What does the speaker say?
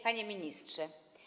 Panie Ministrze!